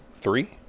three